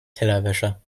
tellerwäscher